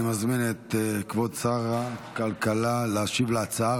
אני מזמין את כבוד שר הכלכלה להשיב על ההצעה,